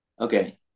okay